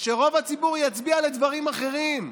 שרוב הציבור יצביע לדברים אחרים,